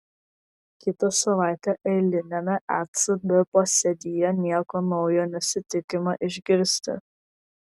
kitą savaitę eiliniame ecb posėdyje nieko naujo nesitikima išgirsti